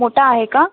मोठा आहे का